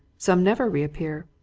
some never reappear.